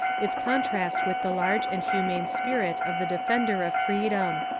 its contrast with the large and humane spirit of the defender of freedom.